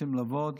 שרוצים לעבוד